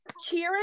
cheering